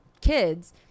kids